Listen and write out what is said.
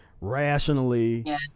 rationally